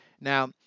Now